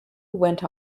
went